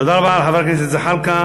תודה רבה לחבר הכנסת זחאלקה.